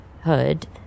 hood